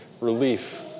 relief